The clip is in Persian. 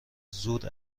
زور